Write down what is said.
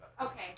Okay